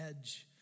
edge